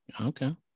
Okay